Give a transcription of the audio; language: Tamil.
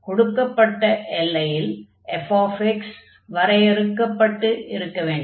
கொடுக்கப்பட்ட எல்லையில் f வரையறுக்கப்பட்டு இருக்க வேண்டும்